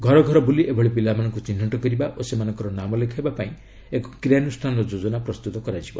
ଘରଘର ବୁଲି ଏଭଳି ପିଲାମାନଙ୍କୁ ଚିହ୍ନଟ କରିବା ଓ ସେମାନଙ୍କର ନାମ ଲେଖାଇବା ପାଇଁ ଏକ କ୍ରିୟାନୁଷ୍ଠାନ ଯୋଜନା ପ୍ରସ୍ତୁତ କରାଯିବ